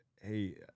Hey